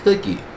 Cookie